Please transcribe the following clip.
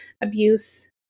abuse